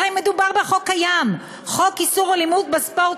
הרי מדובר בחוק קיים: חוק איסור אלימות בספורט